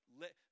Let